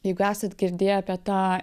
jeigu esat girdėję apie tą